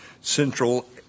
Central